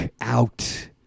out